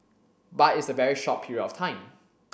but it's a very short period of time